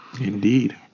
Indeed